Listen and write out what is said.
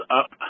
up